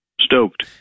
Stoked